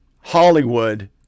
Hollywood